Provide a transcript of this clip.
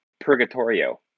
Purgatorio